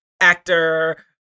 actor